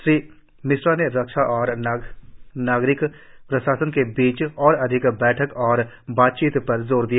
श्री मिश्रा ने रक्षा और नागरिक प्रशासन के बीच और अधिक बैठक और बातचीत पर जोर दिया